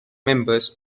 members